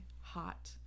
hot